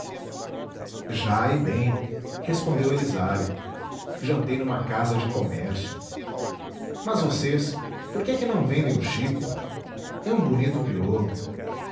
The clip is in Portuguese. e bem respondeu elisiário jantei numa casa de comércio mas vocês por que é que não vendem o chico é um bonito crioulo